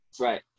right